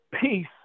peace